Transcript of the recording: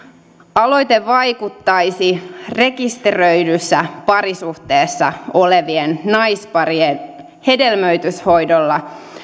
aloite vaikuttaisi rekisteröidyssä parisuhteessa olevien naisparien hedelmöityshoidolla